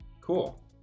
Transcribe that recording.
Cool